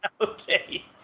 okay